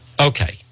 Okay